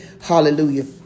Hallelujah